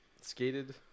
Skated